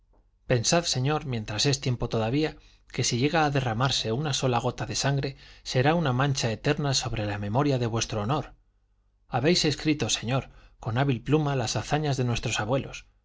pensad señor mientras es tiempo todavía que si llega a derramarse una sola gota de sangre será una mancha eterna sobre la memoria de vuestro honor habéis escrito señor con hábil pluma las hazañas de nuestros abuelos